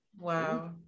wow